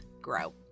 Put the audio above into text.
grow